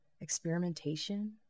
Experimentation